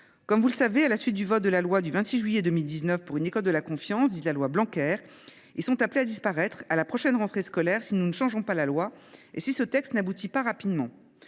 Comme vous le savez, à la suite du vote de la loi du 26 juillet 2019 pour une école de la confiance, ces établissements sont appelés à disparaître dès la prochaine rentrée scolaire si nous ne modifions pas la loi, donc si le présent texte n’aboutit pas rapidement.